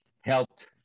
helped